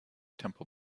temple